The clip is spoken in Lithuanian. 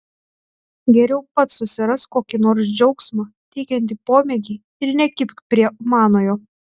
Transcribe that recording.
geriau pats susirask kokį nors džiaugsmą teikiantį pomėgį ir nekibk prie manojo